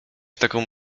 taką